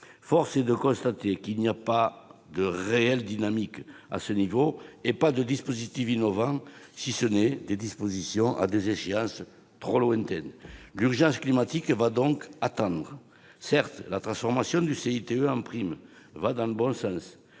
Force est de constater qu'il n'y a ni réelle dynamique ni dispositif innovant, si ce n'est des mesures à des échéances trop lointaines. L'urgence climatique attendra donc. Certes, la transformation du CITE en prime va dans le bon sens,